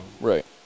Right